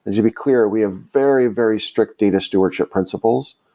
and to be clear, we have very, very strict data stewardship principles.